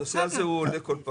הנושא הזה עולה בכל פעם.